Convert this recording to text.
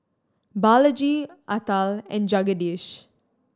Balaji Atal and Jagadish